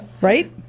Right